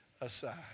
aside